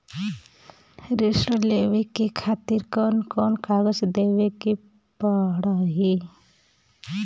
ऋण लेवे के खातिर कौन कोन कागज देवे के पढ़ही?